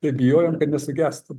tai bijojom kad nesugestų